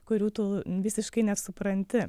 kurių tu visiškai nesupranti